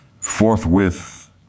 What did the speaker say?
forthwith